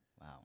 Wow